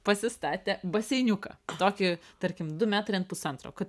pasistatė baseiniuką tokį tarkim du metrai ant pusantro kad